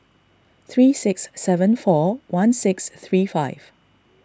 three six seven four one six three five